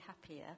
happier